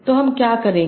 तो हम क्या करेंगे